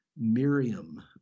Miriam